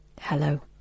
Hello